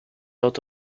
out